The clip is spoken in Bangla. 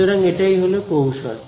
সুতরাং এটাই হলো কৌশল